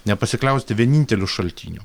nepasikliauti vieninteliu šaltiniu